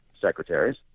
secretaries